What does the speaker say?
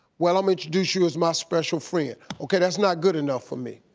well i'm introduce you as my special friend. okay that's not good enough for me.